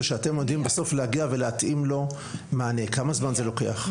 ושאתם יודעים בסוף להגיע ולהתאים לו את מה שהוא צריך.